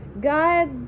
God